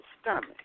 stomach